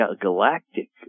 galactic